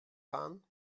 fahren